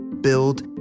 build